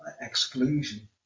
exclusion